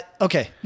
Okay